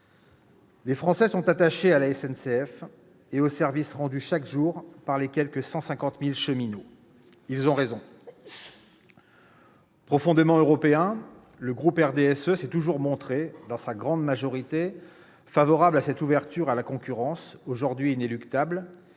Les Français sont attachés à la SNCF et au service rendu chaque jour par les quelque 150 000 cheminots. Ils ont raison. Profondément européen, le groupe du RDSE s'est toujours montré, dans sa grande majorité, favorable à cette ouverture à la concurrence, aujourd'hui inéluctable